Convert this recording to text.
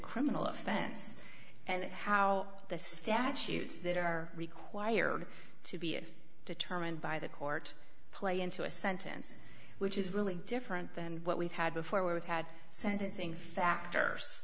criminal offense and how the statutes that are required to be as determined by the court play into a sentence which is really different than what we've had before where we've had sentencing factor